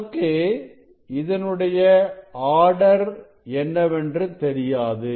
நமக்கு இதனுடைய ஆடர் என்னவென்று தெரியாது